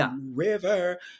river